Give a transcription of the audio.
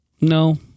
No